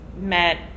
met